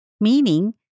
meaning